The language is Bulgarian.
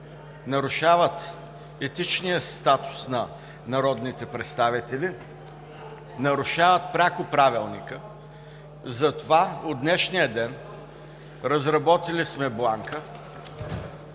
нарушават етичния статус на народните представители, нарушават пряко Правилника. Затова от днешния ден – разработили сме бланка,